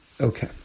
Okay